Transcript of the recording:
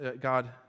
God